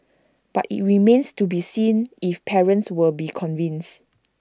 but IT remains to be seen if parents will be convinced